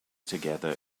together